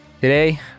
Today